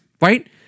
right